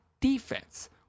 defense